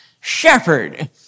shepherd